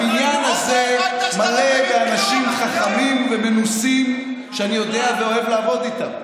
הבניין הזה מלא באנשים חכמים ומנוסים שאני יודע ואוהב לעבוד איתם,